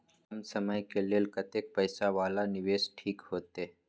कम समय के लेल कतेक पैसा वाला निवेश ठीक होते?